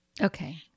okay